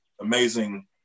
amazing